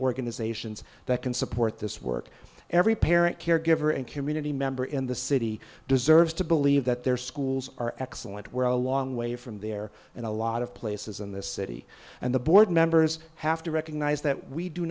organizations that can support this work every parent caregiver and community member in the city deserves to believe that their schools are excellent where a long way from there and a lot of places in this city and the board members have to recognize that we do